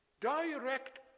direct